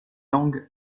langues